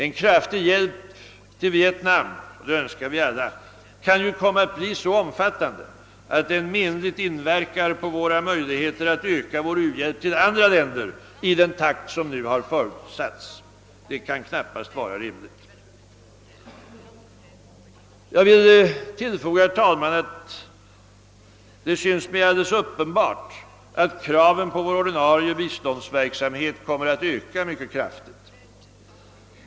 En kraftig hjälp till Vietnam, och det önskar vi alla, kan ju komma att bli så omfattande att den menligt inverkar på våra möjligheter att öka vår u-hjälp till andra länder i den takt som nu förutsatts. Detta kan knappast vara rimligt. Herr talman! Jag vill tillfoga att det syns mig alldeles uppenbart att kraven på vår ordinarie biståndsverksamhet kommer att öka mycket kraftigt.